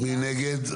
מי נגד?